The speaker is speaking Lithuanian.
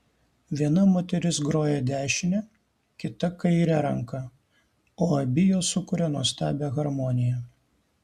viena moteris groja dešine kita kaire ranka o abi jos sukuria nuostabią harmoniją